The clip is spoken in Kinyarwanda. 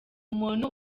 umuntu